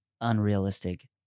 unrealistic